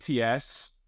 ATS